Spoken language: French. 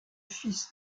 fils